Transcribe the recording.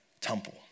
temple